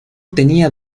tenía